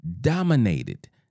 dominated